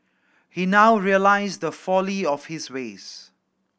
he now realized the folly of his ways